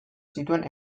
zituen